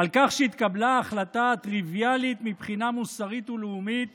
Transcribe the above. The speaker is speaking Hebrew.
על כך שהתקבלה החלטה טריוויאלית מבחינה מוסרית ולאומית